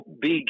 big